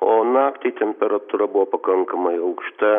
o naktį temperatūra buvo pakankamai aukšta